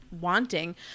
Wanting